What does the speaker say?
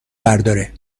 برداره